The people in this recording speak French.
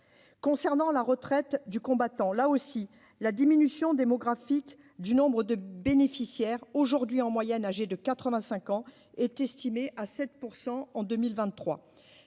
concernant la retraite du combattant là aussi la diminution démographique du nombre de bénéficiaires aujourd'hui, en moyenne, âgé de 85 ans est estimé à 7 % en 2023